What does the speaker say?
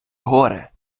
горе